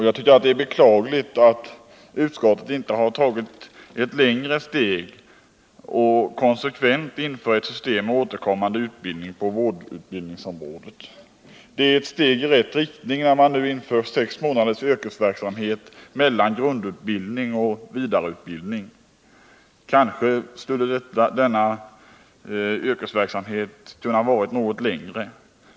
Jag tycker att det är beklagligt att utskottet inte tar steget fullt ut och föreslår ett konsekvent införande av ett system med återkommande utbildning på vårdutbildningsområdet. Det är visserligen ett steg i rätt riktning att införa sex månaders yrkesverksamhet mellan grundutbildning och vidareutbildning, men denna yrkesverksamhet borde vara något längre.